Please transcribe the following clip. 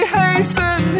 hasten